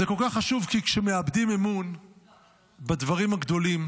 זה כל כך חשוב כי כשמאבדים אמון בדברים הגדולים,